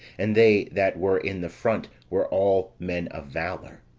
and they that were in the front were all men of valour.